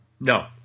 No